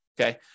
Okay